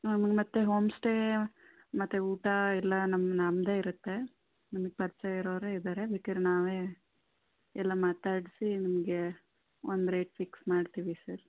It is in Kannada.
ಹಾಂ ಮತ್ತೆ ಹೋಮ್ ಸ್ಟೇ ಮತ್ತು ಊಟ ಎಲ್ಲ ನಮ್ಮ ನಮ್ಮದೇ ಇರುತ್ತೆ ನಮಗೆ ಪರಿಚಯ ಇರೋರೇ ಇದ್ದಾರೆ ಬೇಕಿದ್ದರೆ ನಾವೇ ಎಲ್ಲ ಮಾತಾಡಿಸಿ ನಿಮಗೆ ಒಂದು ರೇಟ್ ಫಿಕ್ಸ್ ಮಾಡ್ತೀವಿ ಸರ್